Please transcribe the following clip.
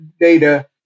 data